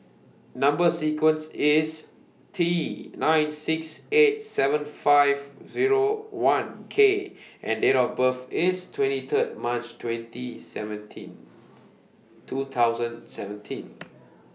Number sequence IS T nine six eight seven five Zero one K and Date of birth IS twenty Third March twenty seventeen two thousand seventeen